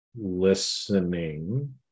listening